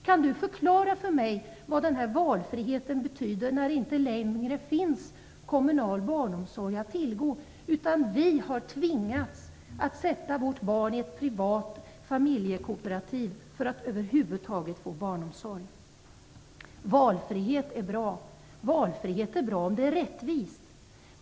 Kan du förklara för mig vad den här valfriheten betyder när det inte längre finns kommunal barnomsorg att tillgå utan vi har tvingats sätta vårt barn i ett privat familjekooperativ för att över huvud få barnomsorg? Valfrihet är bra. Valfrihet är bra om det är rättvist.